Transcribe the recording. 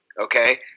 Okay